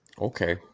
Okay